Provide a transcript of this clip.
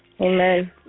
Amen